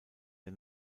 der